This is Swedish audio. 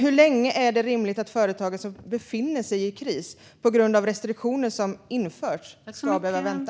Hur länge är det rimligt att företag som befinner sig i kris på grund av restriktioner som införts ska behöva vänta?